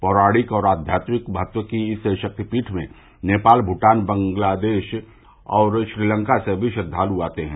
पौराणिक और अध्यात्मिक महत्व की इस शक्तिपीठ में नेपाल भूटान बांग्लादेश और श्रीलंका से भी श्रद्वाल आते हैं